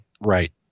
right